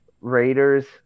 Raiders